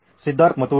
Siddharth Maturi